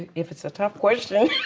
if it's a tough question.